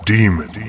Demon